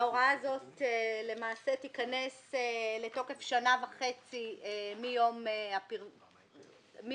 ההוראה הזאת למעשה תיכנס לתוקף שנה וחצי מיום הפרסום.